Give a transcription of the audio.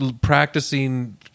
practicing